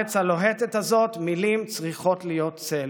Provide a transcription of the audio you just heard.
"בארץ הלוהטת הזאת, מילים צריכות להיות צל",